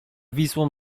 wisłą